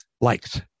Likes